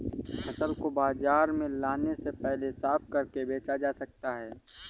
फसल को बाजार में लाने से पहले साफ करके बेचा जा सकता है?